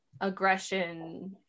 aggression